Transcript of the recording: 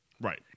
Right